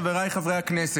חבריי חברי הכנסת,